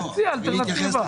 תציע אלטרנטיבה.